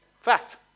fact